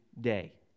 day